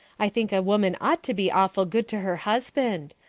i think a woman ought to be awful good to her husband.